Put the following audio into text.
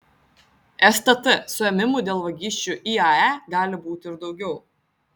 stt suėmimų dėl vagysčių iae gali būti ir daugiau